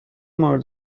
مورد